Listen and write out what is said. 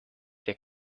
der